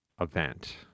event